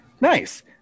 Nice